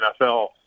NFL